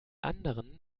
anderen